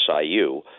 SIU